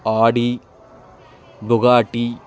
Audi Bugatti